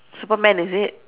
superman is it